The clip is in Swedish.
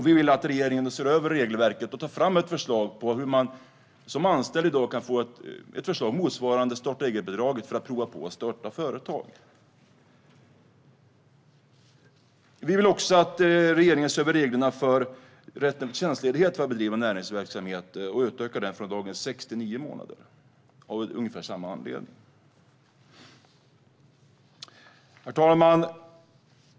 Vi vill att regeringen ser över regelverket och tar fram ett förslag, så att även redan anställda kan få något som motsvarar starta-eget-bidraget för att prova på att starta företag. Vi vill också att regeringen ser över reglerna för rätten till tjänstledighet för att bedriva näringsverksamhet och utöka den från dagens sex månader till nio månader av ungefär samma anledning. Herr talman!